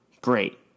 great